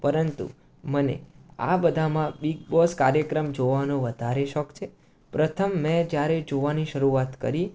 પરંતુ મને આ બધામાં બિગબોસ કાર્યક્રમ જોવાનો વધારે શોખ છે પ્રથમ મેં જ્યારે જોવાની શરૂઆત કરી